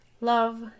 Love